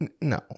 no